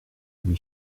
lui